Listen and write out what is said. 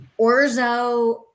orzo